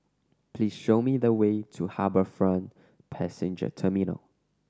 please show me the way to HarbourFront Passenger Terminal